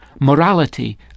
morality